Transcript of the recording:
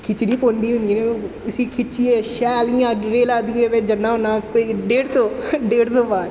खिच्चनी पौंदी इन्नी ओह् उस्सी खिच्चियै शैल इ'यां रेला देइयै में जन्ना होन्नां कोई डेढ सौ डेढ सौ पार